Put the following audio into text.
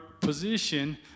position